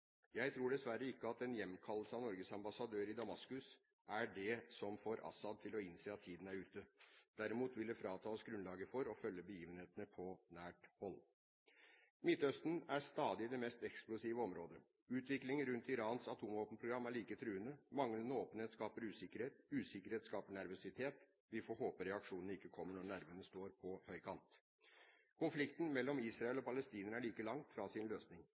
Jeg tror dessverre ikke at en hjemkallelse av Norges ambassadør i Damaskus er det som får al-Assad til å innse at tiden er ute. Derimot vil det frata oss grunnlaget for å følge begivenhetene på nært hold. Midtøsten er stadig det mest eksplosive området. Utviklingen rundt Irans atomvåpenprogram er like truende. Manglende åpenhet skaper usikkerhet. Usikkerhet skaper nervøsitet. Vi får håpe reaksjonene ikke kommer når nervene står på høykant. Konflikten mellom Israel og palestinerne er like langt fra sin løsning.